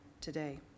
today